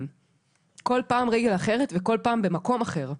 פעמיים כל פעם רגל אחרת וכל פעם במקום אחר.